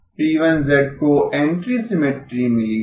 P1 को antisymmetry मिली है